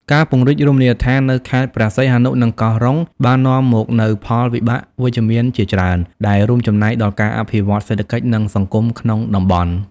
ការពង្រីករមណីយដ្ឋាននៅខេត្តព្រះសីហនុ និងកោះរ៉ុង បាននាំមកនូវផលវិបាកវិជ្ជមានជាច្រើន ដែលរួមចំណែកដល់ការអភិវឌ្ឍសេដ្ឋកិច្ច និងសង្គមក្នុងតំបន់។